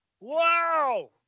Wow